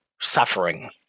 suffering